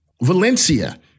Valencia